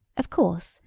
of course,